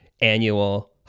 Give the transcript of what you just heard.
annual